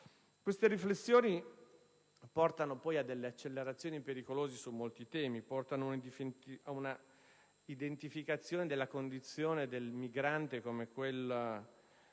Queste riflessioni portano ad accelerazioni pericolose su molti temi e ad un'identificazione della condizione del migrante come quella